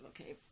okay